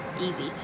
Easy